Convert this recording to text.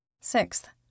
Sixth